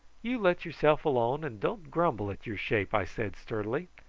you let yourself alone, and don't grumble at your shape, i said sturdily,